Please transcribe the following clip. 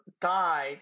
died